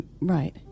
right